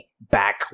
back